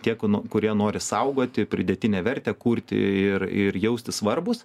tiek ku nu kurie nori saugoti pridėtinę vertę kurti ir ir jaustis svarbūs